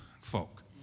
folk